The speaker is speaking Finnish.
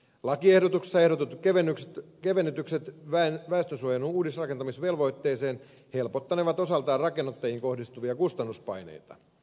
lakiehdotuksessa ehdotetut kevennykset väestösuojan uudisrakentamisvelvoitteeseen helpottanevat osaltaan rakennuttajiin kohdistuvia kustannuspaineita